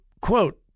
Quote